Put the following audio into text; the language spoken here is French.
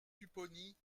pupponi